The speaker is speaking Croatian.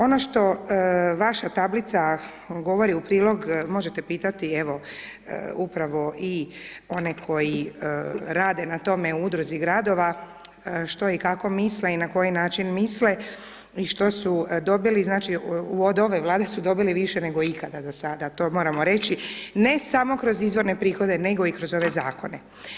Ono što vaša tablica govori u prilog, možete pitati, evo, upravo i one koji rade na tome u Udruzi gradova, što i kako misle i na koji način misle i što su dobili, znači, od ove Vlade su dobili više nego ikada do sada, to moramo reći, ne samo kroz izvorne prihode, nego i kroz ove Zakone.